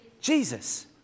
Jesus